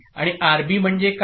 आणि आरबी म्हणजे काय